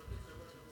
בנבצרות.